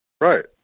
Right